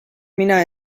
mina